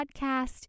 podcast